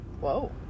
Whoa